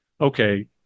okay